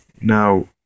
now